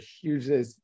huge